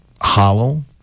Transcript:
hollow